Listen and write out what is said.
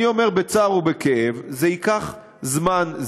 אני אומר בצער ובכאב: זה ייקח זמן.